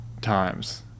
times